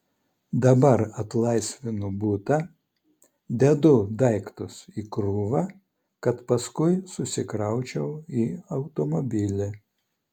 dabar atlaisvinu butą dedu daiktus į krūvą kad paskui susikraučiau į automobilį